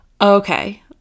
okay